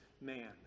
man